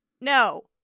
No